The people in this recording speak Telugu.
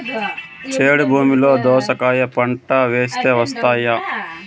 చౌడు భూమిలో దోస కాయ పంట వేస్తే వస్తాయా?